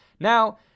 Now